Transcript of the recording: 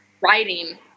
writing